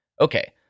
Okay